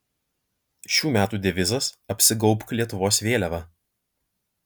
šių metų devizas apsigaubk lietuvos vėliava